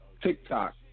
TikTok